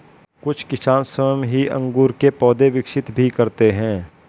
कुछ किसान स्वयं ही अंगूर के पौधे विकसित भी करते हैं